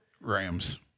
Rams